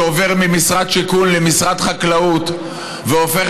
שעובר ממשרד השיכון למשרד החקלאות והופך